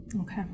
Okay